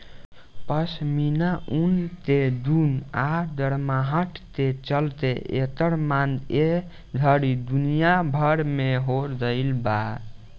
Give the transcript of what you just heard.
पश्मीना ऊन के गुण आ गरमाहट के चलते एकर मांग ए घड़ी दुनिया भर में हो गइल बा